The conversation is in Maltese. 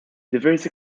diversi